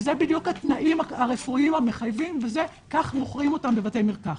וזה בדיוק התנאים הרפואיים המחייבים וכך מוכרים אותם בבתי מרקחת.